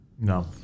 No